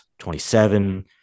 27